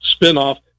spinoff